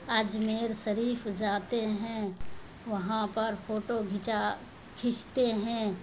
اجمیر شریف جاتے ہیں وہاں پر فوٹو کھنچا کھینچتے ہیں